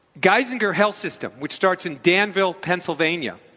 geisinger health system, which starts in danville, pennsylvania,